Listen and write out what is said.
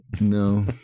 no